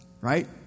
right